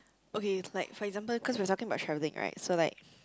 okay like for example cause we are talking about travelling right so like